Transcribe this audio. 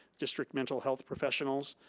district mental health professionals,